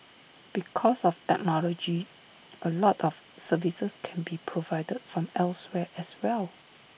because of technology A lot of services can be provided from elsewhere as well